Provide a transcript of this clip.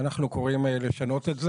ואנחנו קוראים לשנות את זה.